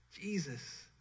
Jesus